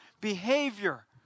behavior